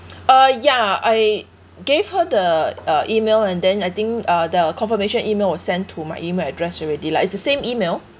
uh ya I gave her the uh email and then I think uh the confirmation email was sent to my email address already lah it's the same email